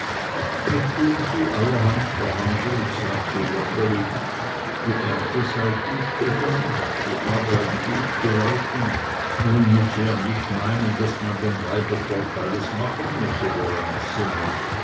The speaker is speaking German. nachdem sie allerhand verhandelt sagte joggeli die ernte sei gut gegangen die arbeit gut gelaufen nur müsse er nicht meinen daß man dem weibervolk alles machen müsse woran es sinne